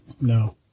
No